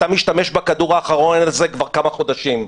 אתה משתמש בכדור האחרון הזה כבר כמה חודשים,